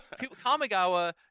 kamigawa